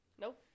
Nope